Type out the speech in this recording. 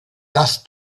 das